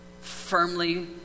firmly